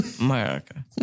America